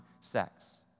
sex